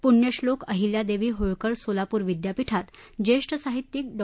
पुण्यश्नोक अहिल्यादेवी होळकर सोलापूर विद्यापीठात ज्येष्ठ साहित्यिक डॉ